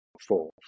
four